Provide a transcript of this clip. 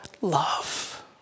love